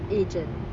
agent